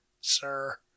sir